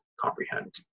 comprehend